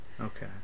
Okay